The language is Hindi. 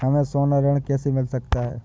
हमें सोना ऋण कैसे मिल सकता है?